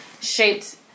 shaped